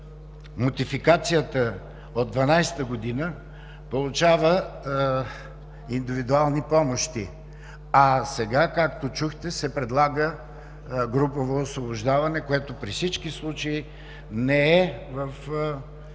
нотификацията от 2012 г., получава индивидуални помощи, а сега, както чухте, се предлага групово освобождаване, което при всички случаи не е в